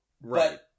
Right